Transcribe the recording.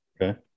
Okay